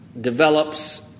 develops